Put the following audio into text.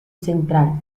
central